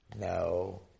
no